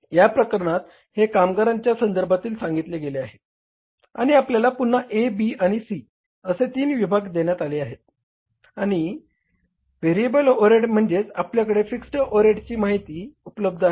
या प्रकरणात हे कामगारांच्या संदर्भात सांगितले गेले आहे आणि आपल्याला पुन्हा A B आणि C असे तीन विभाग देण्यात आले आहेत आणि व्हेरिएबल ओव्हरहेड म्हणजेच आपल्याकडे फिक्स्ड ओव्हरहेडची माहिती उपलब्ध आहे